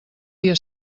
dia